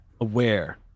aware